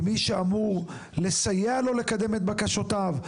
עם מי שאמור לסייע לו לקדם את בקשותיו.